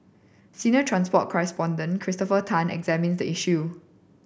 senior transport correspondent Christopher Tan examines the issue